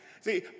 See